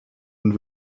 und